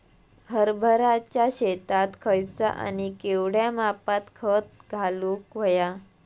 हरभराच्या शेतात खयचा आणि केवढया मापात खत घालुक व्हया?